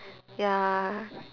ya